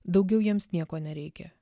daugiau jiems nieko nereikia